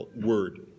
word